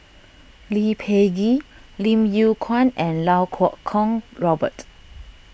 Lee Peh Gee Lim Yew Kuan and Iau Kuo Kwong Robert